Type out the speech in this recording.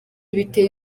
biteye